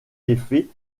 effet